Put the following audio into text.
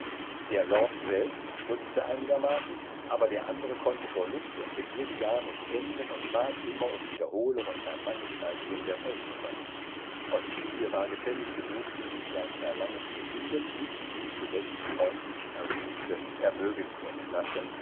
der lord selbst stutzte einigermaßen aber der andere konnte vor lust und begierde gar nicht enden und bat immer um wiederholung und vermannigfaltigung der versuche ottilie war gefällig genug sich in sein verlangen zu finden bis sie ihn zuletzt freundlich ersuchte er möge sie entlassen